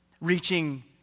reaching